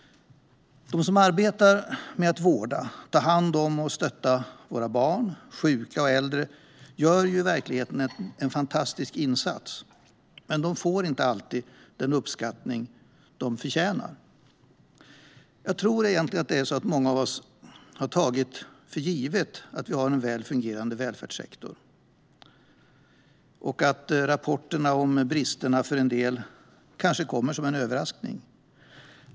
De som arbetar med att vårda, ta hand om och stötta barn, sjuka och äldre gör en fantastisk insats, men de får inte alltid den uppskattning de förtjänar. Jag tror att många av oss har tagit en väl fungerande välfärdssektor för given, och rapporterna om bristerna kanske kommer som en överraskning.